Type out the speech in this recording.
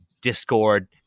discord